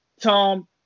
Tom